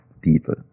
people